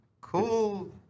cool